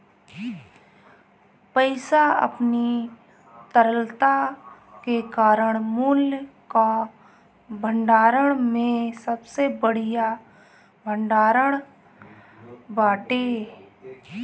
पईसा अपनी तरलता के कारण मूल्य कअ भंडारण में सबसे बढ़िया भण्डारण बाटे